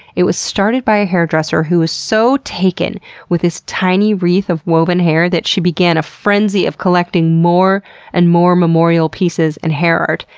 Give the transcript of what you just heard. it was started by a hairdresser who was so taken with a tiny wreath of woven hair that she began a frenzy of collecting more and more memorial pieces and hair art,